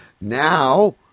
Now